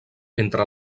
entre